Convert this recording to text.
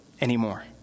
anymore